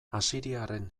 asiriarren